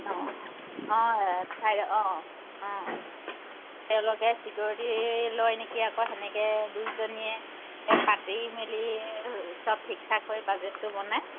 অঁ অঁ ঠাই অঁ অঁ তেওঁলোকে ছিকিউৰিটি লৈ নেকি আকৌ সেনেকে দুইজনীয়ে পাতি মেলি চব ঠিক ঠাক কৰি বাজেটটো বনাই